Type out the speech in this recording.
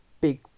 big